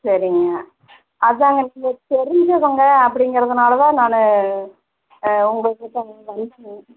சரிங்க அதாங்க நீங்கள் தெரிஞ்சவங்க அப்படிங்கறதுனால தான் நான் உங்ககிட்ட